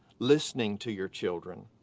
listening to your children.